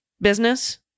business